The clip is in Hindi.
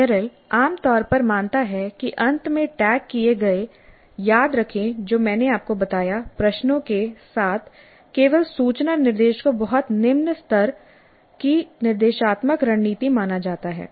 मेरिल आम तौर पर मानता है कि अंत में टैग किए गए याद रखें जो मैंने आपको बताया प्रश्नों के साथ केवल सूचना निर्देश को बहुत निम्न स्तर की निर्देशात्मक रणनीति माना जाता है